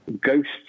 ghosts